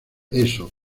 eso